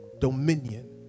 dominion